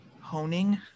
honing